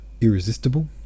irresistible